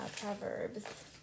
Proverbs